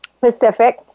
Pacific